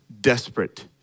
desperate